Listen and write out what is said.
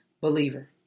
Believer